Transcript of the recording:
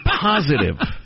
positive